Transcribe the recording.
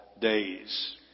days